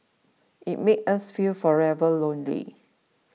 it made us feel forever alone